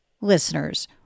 listeners